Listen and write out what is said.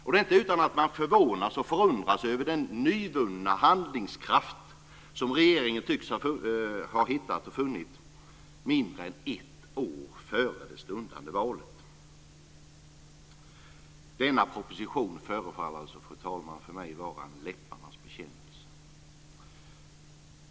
Det är inte utan att man förvånas och förundras över den nyvunna handlingskraft som regeringen tycks ha funnit mindre än ett år före det stundande valet. Denna proposition förefaller mig, fru talman, vara en läpparnas bekännelse.